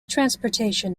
transportation